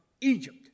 Egypt